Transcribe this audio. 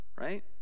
right